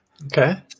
Okay